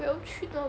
我要去到